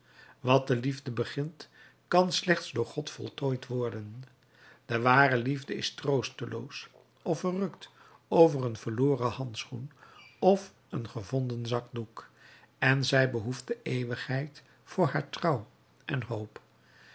wat de liefde begint kan slechts door god voltooid worden de ware liefde is troosteloos of verrukt over een verloren handschoen of een gevonden zakdoek en zij behoeft de eeuwigheid voor haar trouw en hoop